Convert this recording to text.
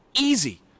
easy